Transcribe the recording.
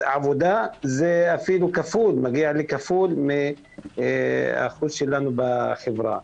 העבודה הוא אפילו כפול מהאחוז שלנו בחברה.